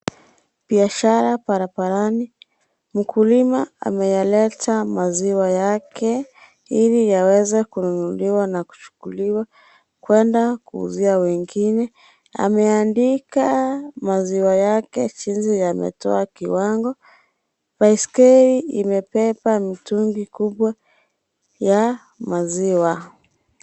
Biashara barabarani, mkulima ameleta maziwa yake, ili yaweze kununuliwa na kuchukuliwa kuenda kuuzia wengine, ameandika maziwa yake jinsi yametoa kiwango, baiskli imebeba mitungi kubwa ya, maziwa.